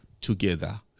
together